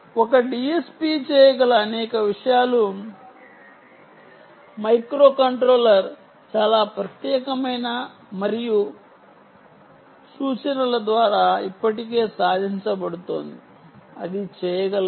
ఒక DSP చేయగల అనేక విషయాలు మైక్రోకంట్రోలర్ చాలా ప్రత్యేకమైన మరియు చాలా ప్రత్యేకమైన సూచనల ద్వారా ఇప్పటికే సాధించబడుతోంది అది చేయగలదు